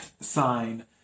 sign